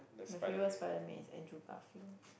my favourite Spiderman is Andrew-Garfield